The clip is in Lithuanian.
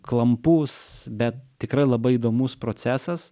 klampus bet tikrai labai įdomus procesas